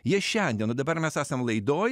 jie šiandieną o dabar mes esam laidoj